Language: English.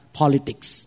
politics